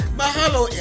mahalo